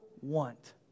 want